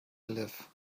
live